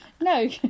No